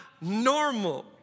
normal